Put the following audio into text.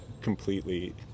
completely